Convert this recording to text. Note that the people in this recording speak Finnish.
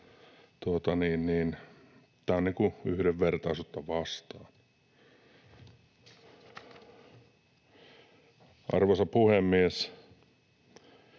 Tämäkin on yhdenvertaisuutta vastaan. Arvoisa puhemies!